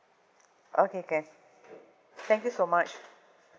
okay can thank you so much